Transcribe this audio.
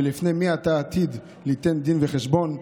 ולפני מי אתה עתיד ליתן דין וחשבון,